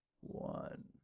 one